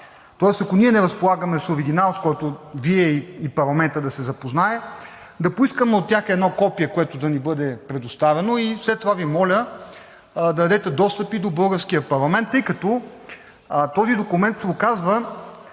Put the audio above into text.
Тоест ако ние не разполагаме с оригинал, с който Вие и парламентът да се запознаем, да поискаме от тях едно копие, което да ни бъде предоставено. След това Ви моля да дадете достъп и до българския парламент, тъй като този документ се оказва